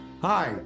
Hi